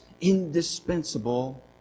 indispensable